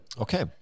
Okay